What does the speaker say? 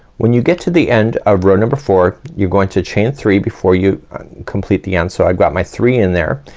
when you get to the end of row number four, you're going to chain three before you complete the end. so i've got my three in there,